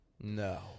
No